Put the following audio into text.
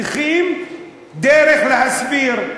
צריכים דרך להסביר.